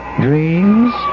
dreams